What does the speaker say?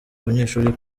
banyeshuri